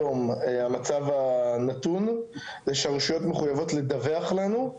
היום המצב הנתון שזה הרשויות מחויבות לדווח לנו,